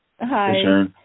Hi